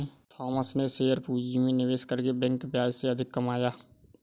Thomas ने share पूंजी में निवेश करके बैंक ब्याज से अधिक कमाया